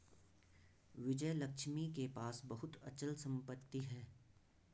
विजयलक्ष्मी के पास बहुत अचल संपत्ति है